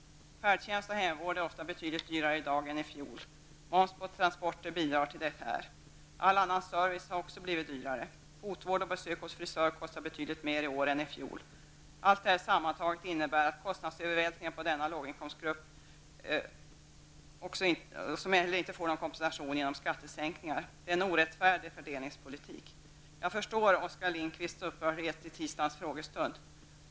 Färdtjänst och hemvård är ofta betydligt dyrare i dag än i fjol. Moms på transporter bidrar till detta. All annan service har också blivit dyrare. Fotvård och besök hos frisör kostar betydligt mera i år än i fjol. Allt detta sammantaget innebär en kostnadsövervältring på denna låginkomstgrupp som inte får någon kompensation genom skattesänkningar. Det är orättfärdig fördelningspolitik. Jag förstår Oskar Lindkvists upprördhet i tisdagens frågestund.